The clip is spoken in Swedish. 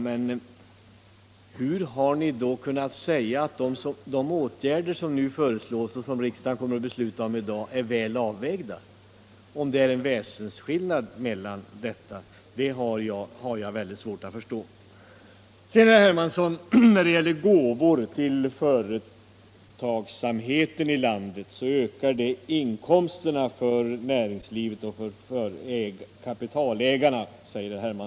Men hur har ni då kunnat förklara att de åtgärder som nu föreslås och som riksdagen kommer att besluta om i dag är väl avvägda om det är en väsensskillnad mellan bedömningarna? Det har jag väldigt svårt att förstå. Herr Hermansson menar att ”gåvor” till företagsamheten i landet ökar inkomsterna för näringslivet och för kapitalägarna.